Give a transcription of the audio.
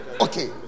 okay